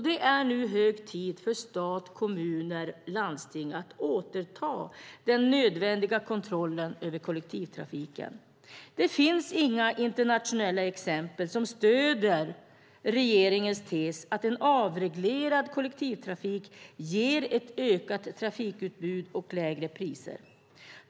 Det är nu hög tid för stat, kommuner och landsting att återta den nödvändiga kontrollen över kollektivtrafiken. Det finns inga internationella exempel som stöder regeringens tes att en avreglerad kollektivtrafik ger ett ökat trafikutbud och lägre priser.